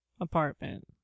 apartment